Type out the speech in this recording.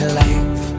life